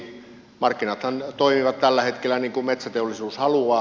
markkinathan toimivat tällä hetkellä niin kuin metsäteollisuus haluaa